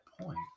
point